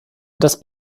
das